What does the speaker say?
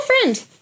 friend